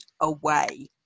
away